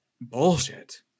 bullshit